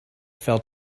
fell